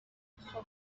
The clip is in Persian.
خوب